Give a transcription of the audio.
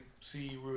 see